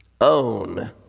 own